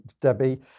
Debbie